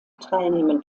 teilnehmen